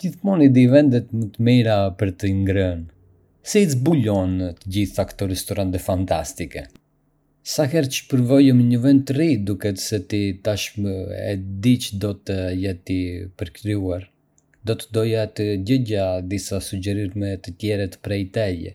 Gjithmonë i di vendet më të mira për të ngrënë... si i zbulon të gjitha këto restorante fantastike? Sa herë që provojmë një vend të ri, duket se ti tashmë e di që do të jetë i përkryer. Do të doja të dëgjoja disa sugjerime të tjera prej teje!"